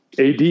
AD